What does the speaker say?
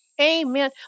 Amen